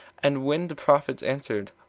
and when the prophets answered,